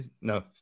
No